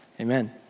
Amen